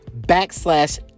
backslash